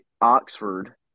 Oxford